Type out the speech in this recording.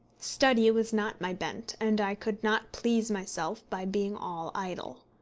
study was not my bent, and i could not please myself by being all idle.